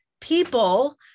people